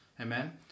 Amen